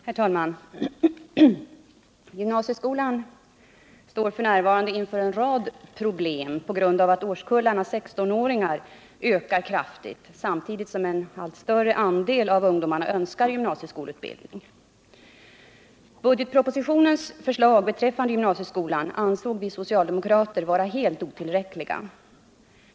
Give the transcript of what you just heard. Herr talman! Gymnasieskolan står f. n. inför en rad problem på grund av att årskullarna 16-åringar ökar kraftigt samtidigt som en allt större andel av ungdomarna önskar gymnasieskolutbildning. Budgetpropositionens förslag beträffande gymnasieskolan ansåg vi socialdemokrater vara helt otillräckliga.